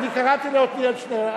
קראתי לעתניאל שנלר.